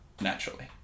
naturally